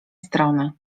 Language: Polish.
strony